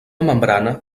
membrana